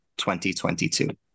2022